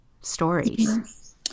stories